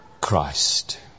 Christ